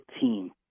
team